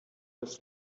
das